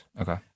okay